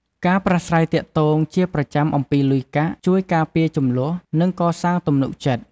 ការប្រាស្រ័យទាក់ទងជាប្រចាំអំពីលុយកាក់ ជួយការពារជម្លោះ និងកសាងទំនុកចិត្ត។